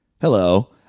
Hello